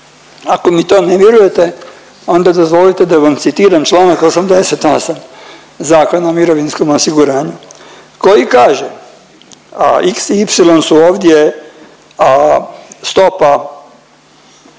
Ako mi to ne vjerujete onda dozvolite da vam citiram članak 88. Zakona o mirovinskom osiguranju koji kaže x i y su ovdje stopa